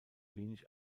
wenig